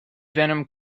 venom